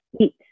eat